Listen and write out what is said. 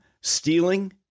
stealing